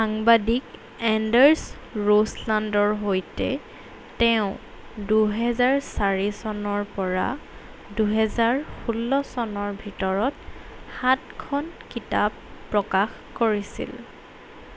সাংবাদিক এণ্ডাৰ্ছ ৰোছলাণ্ডৰ সৈতে তেওঁ দুহেজাৰ চাৰি চনৰপৰা দুহেজাৰ ষোল্ল চনৰ ভিতৰত সাতখন কিতাপ প্ৰকাশ কৰিছিল